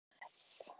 Yes